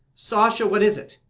sasha, what is it?